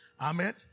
Amen